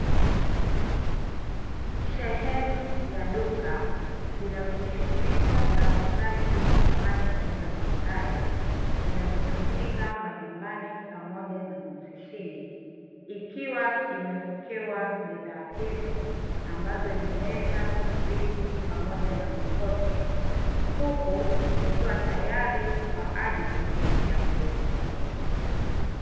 Sehemu ya duka inayojishuhuisha na uuzaji wa samani mbalimbali, zinazotumika majumbani pamoja na maofisini, ikiwa imewekewa bidhaa hizo ambazo ni; meza, viti pamoja na makochi, huku vikiwa tayari kwa ajili yakuuzwa.